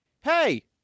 hey